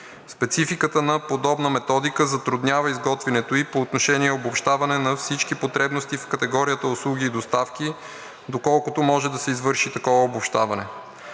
Спецификата на подобна методика затруднява изготвянето ѝ по отношение обобщаване на всички потребности в категорията услуги и доставки, доколкото може да се извърши такова обобщаване.